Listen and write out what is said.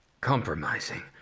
compromising